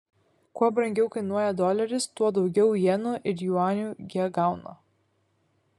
kuo brangiau kainuoja doleris tuo daugiau jenų ir juanių jie gauna